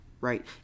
Right